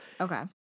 Okay